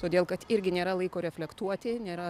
todėl kad irgi nėra laiko reflektuoti nėra